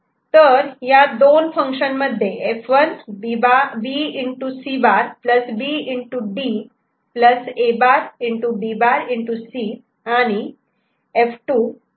तर ह्या दोन F 1 आणि F 2 मध्ये हे दोन 1's कॉमन टर्म आहेत F1 B